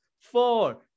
four